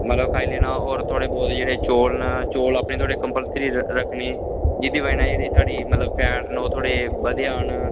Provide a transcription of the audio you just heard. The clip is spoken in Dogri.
मता खाई लैना होर थोह्ड़े मते चौल न चौल अपने लेई कम्पलसरी रक्खने न जेह्दी बजह कन्नै जेह्ड़े फैट न ओह् बधी जान